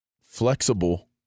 flexible